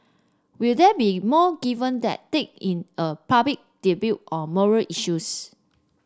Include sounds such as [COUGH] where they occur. will there be in more given that take in a public [UNINTELLIGIBLE] on moral issues